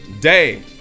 day